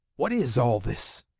what is all this